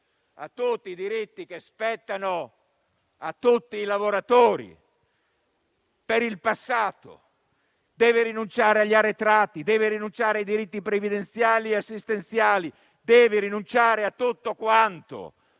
diritti. Ai diritti che spettano a tutti i lavoratori, per il passato, deve rinunciare agli arretrati, ai diritti previdenziali e assistenziali. Deve rinunciare a tutto quanto.